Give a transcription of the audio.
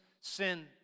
sin